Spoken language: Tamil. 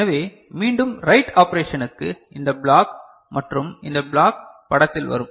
எனவே மீண்டும் ரைட் ஆபரேஷனுக்கு இந்த பிளாக் மற்றும் இந்த பிளாக் டியாக்ராமில் வரும்